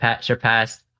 surpassed